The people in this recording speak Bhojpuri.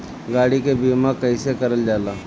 गाड़ी के बीमा कईसे करल जाला?